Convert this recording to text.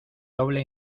doble